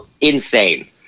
Insane